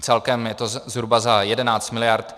Celkem je to zhruba za 11 miliard.